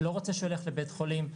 לא רוצה שהוא יילך לבית חולים.